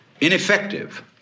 ineffective